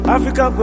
Africa